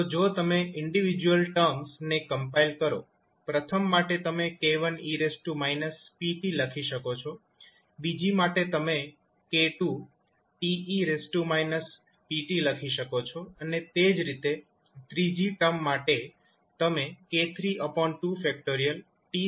તો જો તમે ઇન્ડીવિઝયુઅલ ટર્મ્સ ને કમ્પાઈલ કરો પ્રથમ માટે તમે 𝑘1𝑒−𝑝𝑡 લખી શકો છો બીજી માટે તમે 𝑘2𝑡𝑒−𝑝𝑡 લખી શકો છો અને તે જ રીતે ત્રીજી ટર્મ માટે તમે k32